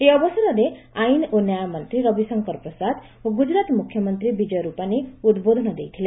ଏହି ଅବସରରେ ଆଇନ୍ ଓ ନ୍ୟାୟମନ୍ତ୍ରୀ ରବିଶଙ୍କର ପ୍ରସାଦ ଓ ଗୁଜରାତ ମୁଖ୍ୟମନ୍ତ୍ରୀ ବିଜୟ ରୂପାନୀ ଉଦ୍ବୋଧନ ଦେଇଥିଲେ